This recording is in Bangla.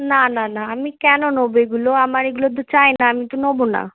না না না আমি কেন নেব এগুলো আমার এগুলো তো চাই না আমি তো নেব না